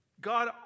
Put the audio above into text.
God